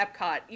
Epcot